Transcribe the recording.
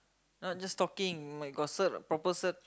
not just talking like got cert proper cert